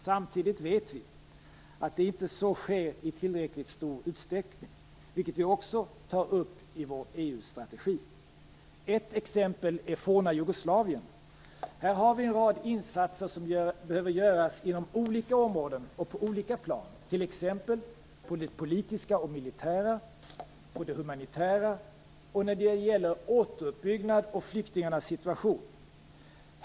Samtidigt vet vi att så inte sker i tillräckligt stor utsträckning, vilket vi också tar upp i vår EU-strategi. Ett exempel är forna Jugoslavien. Här behöver en rad insatser göras inom olika områden och på olika plan, t.ex. på det politiska och humanitära planet och när det gäller återuppbyggnad och flyktingarnas situation.